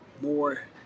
more